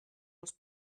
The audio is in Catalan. els